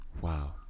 Wow